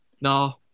no